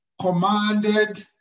commanded